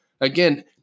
again